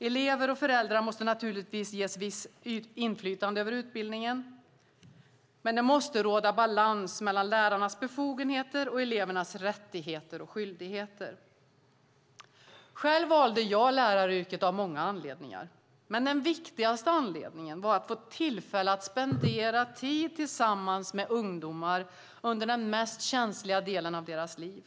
Elever och föräldrar måste naturligtvis ges visst inflytande över utbildningen, men det måste råda balans mellan lärarnas befogenheter och elevernas rättigheter och skyldigheter. Själv valde jag läraryrket av många anledningar. Den viktigaste anledningen var att få tillfälle att spendera tid tillsammans med ungdomar under den mest känsliga delen av deras liv.